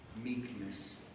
meekness